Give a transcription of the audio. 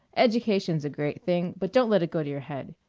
education's a great thing, but don't let it go to your head.